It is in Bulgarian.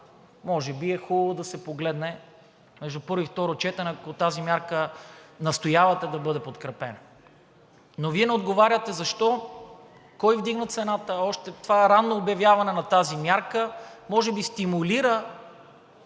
може би е хубаво да се погледне между първо и второ четене, ако тази мярка настоявате да бъде подкрепена. Но Вие не отговаряте защо и кой вдигна цената. Това ранно обявяване на тази мярка може би стимулира